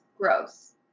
gross